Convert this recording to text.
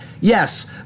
Yes